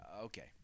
Okay